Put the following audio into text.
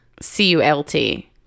C-U-L-T